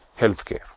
healthcare